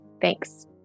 Thanks